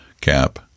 cap